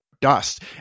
dust